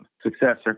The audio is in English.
successor